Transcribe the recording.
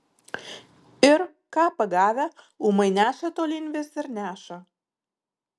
ir ką pagavę ūmai neša tolyn vis ir neša